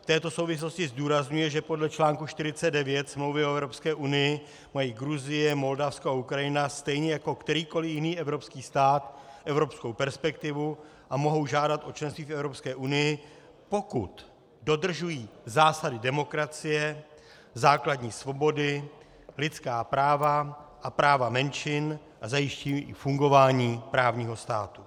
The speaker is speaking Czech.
V této souvislosti zdůrazňuje, že podle článku 49 Smlouvy o Evropské unii mají Gruzie, Moldavsko a Ukrajina stejně jako kterýkoli jiný evropský stát evropskou perspektivu a mohou žádat o členství v Evropské unii, pokud dodržují zásady demokracie, zásady svobody, lidská práva a práva menšin a zajišťují i fungování právního státu.